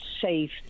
safe